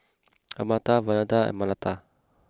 Amartya Vandana and Mahatma